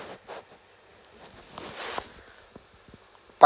part